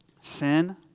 Sin